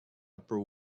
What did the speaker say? upper